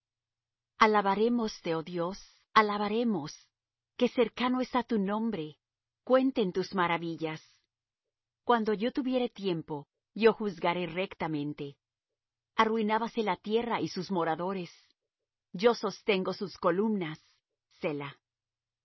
alabarémoste oh dios alabaremos que cercano está tu nombre cuenten tus maravillas cuando yo tuviere tiempo yo juzgaré rectamente arruinábase la tierra y sus moradores yo sostengo sus columnas